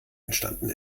entstanden